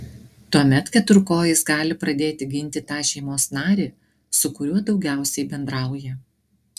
tuomet keturkojis gali pradėti ginti tą šeimos narį su kuriuo daugiausiai bendrauja